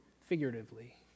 figuratively